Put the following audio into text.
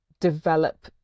develop